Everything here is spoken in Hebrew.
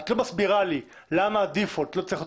את לא מסבירה לי למה הדיפולט לא צריך להיות